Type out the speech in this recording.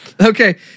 Okay